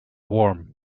warm